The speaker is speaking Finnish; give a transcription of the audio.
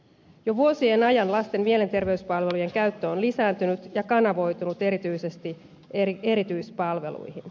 jo vuosien ajan lasten mielenterveyspalvelujen käyttö on lisääntynyt ja kanavoitunut erityisesti erityispalveluihin